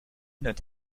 not